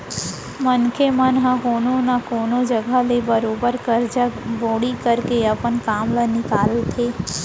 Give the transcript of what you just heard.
मनसे मन ह कोनो न कोनो जघा ले बरोबर करजा बोड़ी करके अपन काम ल निकालथे